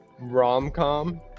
rom-com